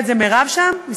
זו מרב שם?